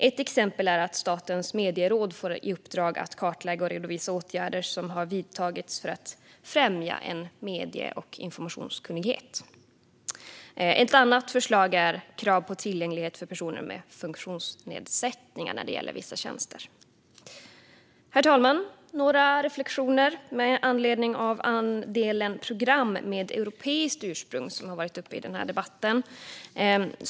Ett exempel är att Statens medieråd får i uppdrag att kartlägga och redovisa åtgärder som har vidtagits för att främja medie och informationskunnighet. Ett annat förslag är krav på tillgänglighet för personer med funktionsnedsättning när det gäller vissa tjänster. Herr talman! Jag vill göra några reflektioner om andelen program med europeiskt ursprung, vilket har varit uppe i den här debatten.